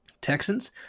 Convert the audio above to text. Texans